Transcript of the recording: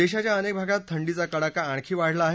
देशाच्या अनेक भागात थंडीचा कडाका आणखी वाढला आहे